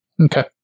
Okay